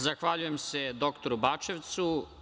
Zahvaljujem se dr Bačevcu.